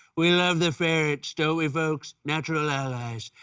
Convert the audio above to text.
we love the ferrets, don't we, folks? natural allies.